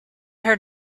her